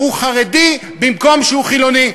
שהוא חרדי במקום שהוא חילוני.